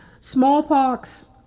Smallpox